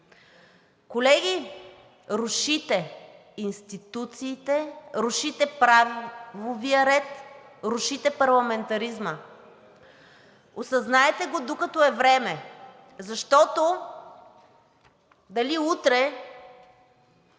Колеги, рушите институциите, рушите правовия ред, рушите парламентаризма. Осъзнайте го, докато е време, защото дали утре,